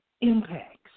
impacts